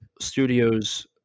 Studios